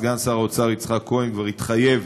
סגן שר האוצר יצחק כהן כבר התחייב